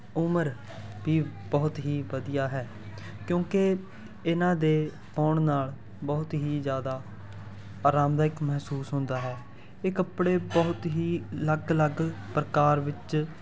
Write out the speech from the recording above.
ਉਮਰ ਵੀ ਬਹੁਤ ਹੀ ਵਧੀਆ ਹੈ ਕਿਉਂਕਿ ਇਹਨਾਂ ਦੇ ਪਾਉਣ ਨਾਲ ਬਹੁਤ ਹੀ ਜ਼ਿਆਦਾ ਆਰਾਮਦਾਇਕ ਮਹਿਸੂਸ ਹੁੰਦਾ ਹੈ ਇਹ ਕੱਪੜੇ ਬਹੁਤ ਹੀ ਅਲੱਗ ਅਲੱਗ ਪ੍ਰਕਾਰ ਵਿੱਚ